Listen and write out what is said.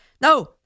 no